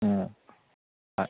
অঁ হয়